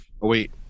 wait